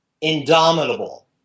Indomitable